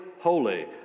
holy